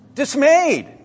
dismayed